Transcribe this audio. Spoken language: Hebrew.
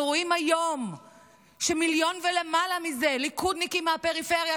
אנחנו רואים היום מיליון ולמעלה מזה ליכודניקים מהפריפריה,